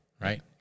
right